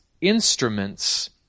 instruments